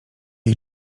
jej